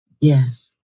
Yes